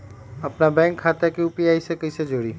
अपना बैंक खाता के यू.पी.आई से कईसे जोड़ी?